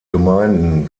gemeinden